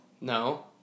No